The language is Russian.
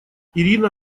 ирина